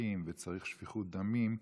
אזרחים וצריך שפיכות דמים,